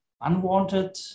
unwanted